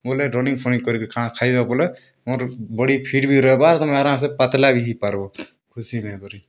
ବଏଲେ ରନିଂ ଫନିଙ୍ଗ୍ କରିକିରି ଖାନା ଖାଇଦବ ବଏଲେ ତମର୍ ବଡ଼ି ଫିଟ୍ ବି ରହେବା ଆର୍ ତମେ ଆରାମ୍ସେ ପତ୍ଲା ବି ହେଇପାର୍ବ ଖୁସିନେ କରି